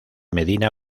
medina